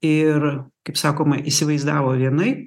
ir kaip sakoma įsivaizdavo vienaip